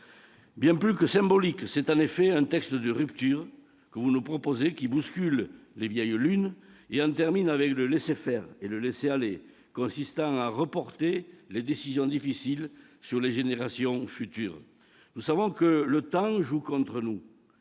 au-delà du symbolique, un texte de rupture qui bouscule les vieilles lunes et en termine avec le laisser-faire et le laisser-aller consistant à reporter les décisions difficiles sur les générations futures. Nous savons que le temps joue contre nous.